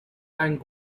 and